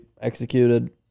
executed